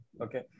okay